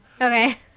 Okay